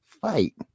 fight